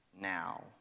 now